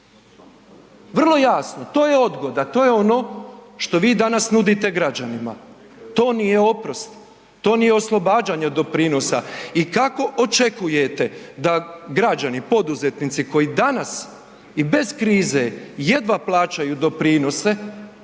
Vrlo jasno, to je odgoda, to je ono što vi danas nudite građanima. To nije oprost, to nije oslobađanje od doprinosa i kako očekujete da građani poduzetnici koji danas i bez krize jedva plaćaju doprinose